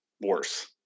worse